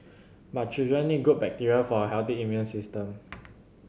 but children need good bacteria for a healthy immune system